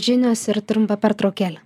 žinios ir trumpa pertraukėlė